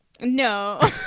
No